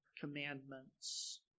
commandments